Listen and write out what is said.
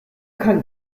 kann